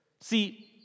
See